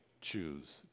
choose